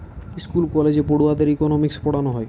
school কলেজে পড়ুয়াদের economics পোড়ানা হয়